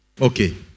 Okay